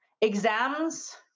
exams